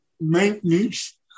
maintenance